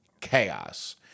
chaos